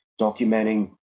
documenting